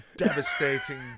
Devastating